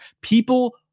People